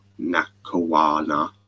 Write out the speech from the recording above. Nakawana